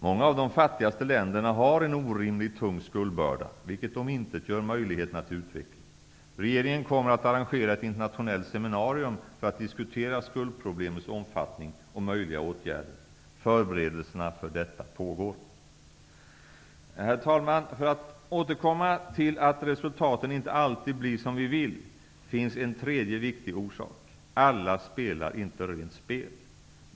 Många av de fattigaste länderna har en orimligt tung skuldbörda, vilket omintetgör möjligheterna till utveckling. Regeringen kommer att arrangera ett internationellt seminarium för att diskutera skuldproblemets omfattning och möjliga åtgärder. Förberedelserna för detta pågår. Herr talman! För att återkomma till att resultaten inte alltid blir som vi vill, finns en tredje viktig orsak. Alla spelar inte rent spel.